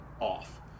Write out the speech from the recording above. off